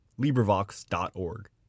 Librivox.org